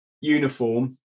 uniform